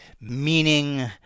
Meaning